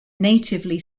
natively